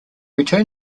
return